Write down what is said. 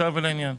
קצר ולעניין.